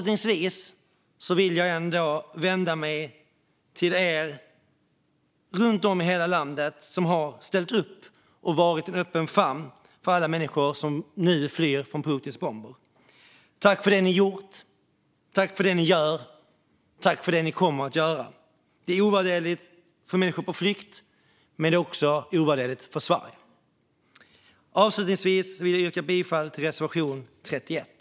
Till sist vill jag vända mig till er runt om i hela landet som har ställt upp och varit en öppen famn för alla människor som nu flyr från Putins bomber. Tack för det ni gjort, tack för det ni gör och tack för det ni kommer att göra! Det är ovärderligt för människor på flykt, men det är också ovärderligt för Sverige. Avslutningsvis vill jag yrka bifall till reservation 31.